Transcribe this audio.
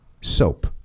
soap